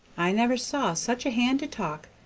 i never saw such a hand to talk,